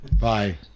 Bye